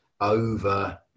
over